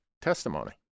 testimony